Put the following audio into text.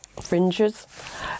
fringes